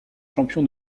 champion